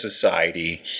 society